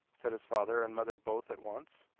said his father and mother both at once.